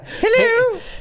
Hello